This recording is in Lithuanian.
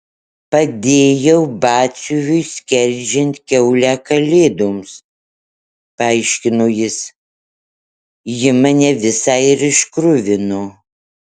padėjau batsiuviui skerdžiant kiaulę kalėdoms paaiškino jis ji mane visą ir iškruvino